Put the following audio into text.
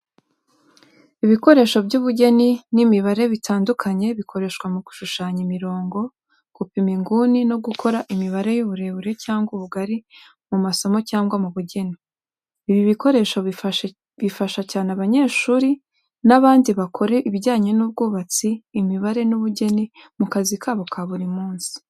Ibikoresho by’ubugeni n’imibare bitandukanye bikoreshwa mu gushushanya imirongo, gupima inguni no gukora imibare y’uburebure cyangwa ubugari mu masomo cyangwa mu bugeni. Ibi bikoresho bifasha cyane abanyeshuri n’abandi bakora ibijyanye n’ubwubatsi, imibare n’ubugeni mu kazi kabo ka buri munsi.